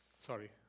Sorry